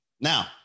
Now